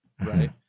right